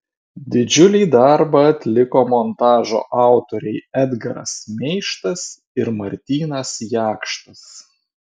didžiulį darbą atliko montažo autoriai edgaras meištas ir martynas jakštas